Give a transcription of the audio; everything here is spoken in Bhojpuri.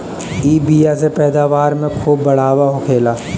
इ बिया से पैदावार में खूब बढ़ावा होखेला